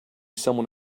someone